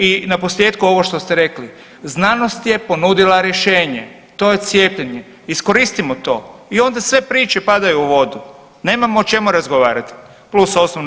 I na posljetku ovo što ste rekli, znanost je ponudila rješenje, to je cijepljenje, iskoristimo to i onda sve priče padaju u vodu, nemamo o čemu razgovarat plus osnovne